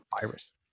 virus